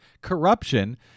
corruption